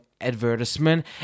advertisement